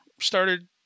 started